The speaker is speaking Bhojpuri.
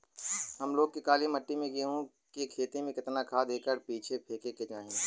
हम लोग के काली मिट्टी में गेहूँ के खेती में कितना खाद एकड़ पीछे फेके के चाही?